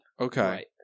Okay